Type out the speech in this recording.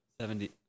Seventy